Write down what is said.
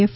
F